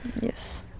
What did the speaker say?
Yes